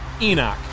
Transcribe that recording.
Enoch